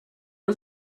was